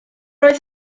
oedd